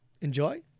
Enjoy